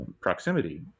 proximity